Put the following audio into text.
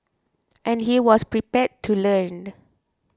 and he was prepared to learn